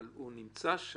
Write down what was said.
אבל הוא נמצא שם,